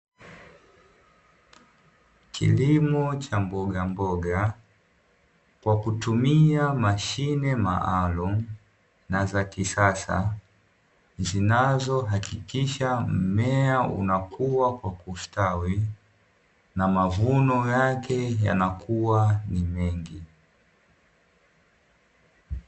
Kilimo cha mbogamboga kwa kutumia mashine maalumu na za kisasa zinazohakikisha mmea unakua kwa kustawi na mavuno yake yana kuwa ni mengi.